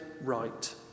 right